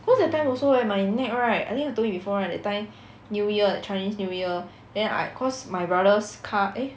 cause that time also eh my neck right I think I told you before right that time new year chinese new year then I cause my brother's car eh